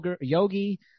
yogi